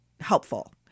helpful